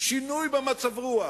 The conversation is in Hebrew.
שינוי במצב רוח,